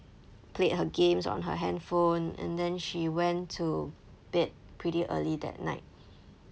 played her games on her handphone and then she went to bed pretty early that night